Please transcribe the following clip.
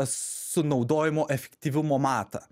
sunaudojimo efektyvumo matą